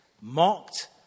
mocked